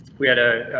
we had a